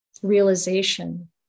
realization